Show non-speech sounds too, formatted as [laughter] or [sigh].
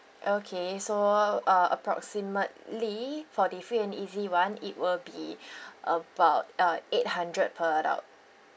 okay so uh approximately for the free and easy one it will be [breath] about uh eight hundred per adult